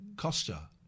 costa